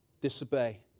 disobey